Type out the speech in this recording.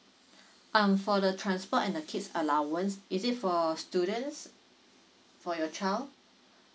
um for the transport and the kids allowance is it for students for your child